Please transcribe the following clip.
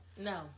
No